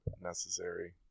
necessary